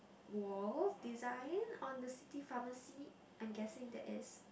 walls design on the City Pharmacy I'm guessing that is